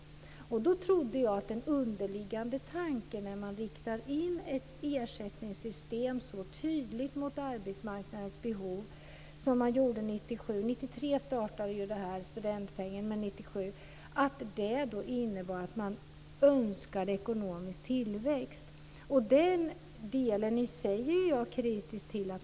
Att man riktade in ett ersättningssystem så tydligt mot arbetsmarknadens behov som man gjorde 1997 - 1993 startade systemet med studentpeng - trodde jag innebar att man önskade ekonomisk tillväxt. Den delen i sig är jag kritisk till.